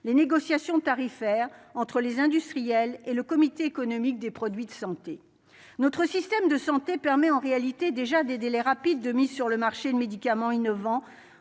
les négociations tarifaires entre les industriels et le comité économique des produits de santé, notre système de santé permet en réalité déjà des délais rapides de mise sur le marché de médicaments innovants